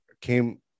came